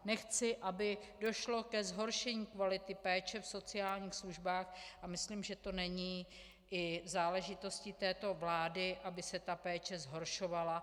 Nechci, aby došlo ke zhoršení kvality péče v sociálních službách, a myslím, že není záležitostí této vlády, aby se ta péče zhoršovala.